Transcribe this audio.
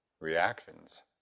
Reactions